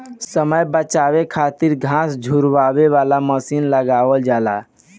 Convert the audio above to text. समय बचावे खातिर घास झुरवावे वाला मशीन लगावल जाला